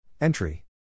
Entry